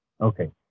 okay